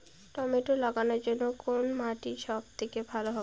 Tomato লাগানোর জন্যে কোন মাটি সব থেকে ভালো হবে?